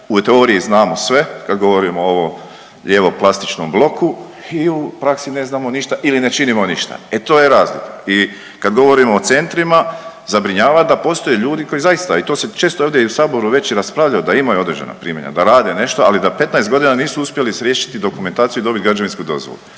u teoriji znamo sve kad govorimo o ovom lijevo plastičnom bloku i u praksi ne znamo ništa ili ne činimo ništa. E to je razlika. I kad govorimo o centrima zabrinjava da postoje ljudi koji zaista i to se često ovdje i u Saboru već i raspravljalo da imaju određena primanja, da rade nešto ali da 15 godina nisu uspjeli riješiti dokumentaciju i dobiti građevinsku dozvolu.